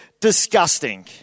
disgusting